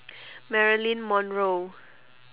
marilyn monroe